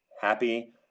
Happy